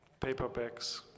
paperbacks